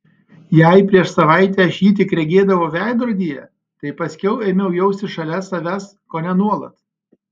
jei prieš savaitę aš jį tik regėdavau veidrodyje tai paskiau ėmiau jausti šalia savęs kone nuolat